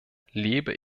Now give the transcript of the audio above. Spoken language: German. lebe